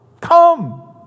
come